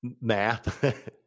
Math